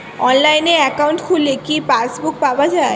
অনলাইনে একাউন্ট খুললে কি পাসবুক পাওয়া যায়?